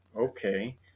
okay